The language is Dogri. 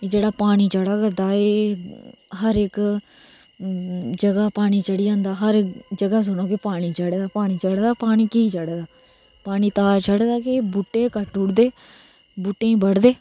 कि जेहड़ा पानी चढ़ा करदा ऐ हर इक जगह पानी चढी जंदा जगह जगह गै पानी चढ़ा दा पानी की चढ़ा दा पानी तां चढ़ा दा के बूहटे कट्टी ओड़दे बूहटें गी बढदे